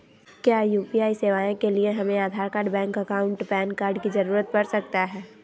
क्या यू.पी.आई सेवाएं के लिए हमें Aadhaar card bank account PAN card की जरूरत पड़ सकता है?